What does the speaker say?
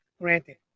Granted